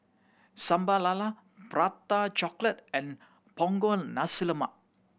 Sambal Lala Prata Chocolate and Punggol Nasi Lemak